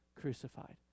crucified